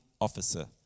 officer